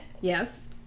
Yes